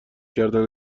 کردن